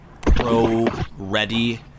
pro-ready